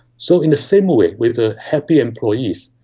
so in a similar way with the happy employees,